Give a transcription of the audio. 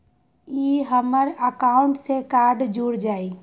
ई हमर अकाउंट से कार्ड जुर जाई?